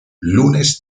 lunes